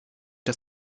das